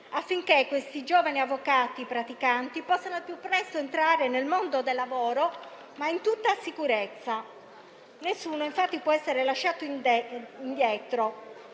affinché questi giovani avvocati praticanti possano al più presto entrare nel mondo del lavoro, ma in tutta sicurezza. Nessuno infatti può essere lasciato indietro.